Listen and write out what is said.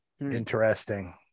Interesting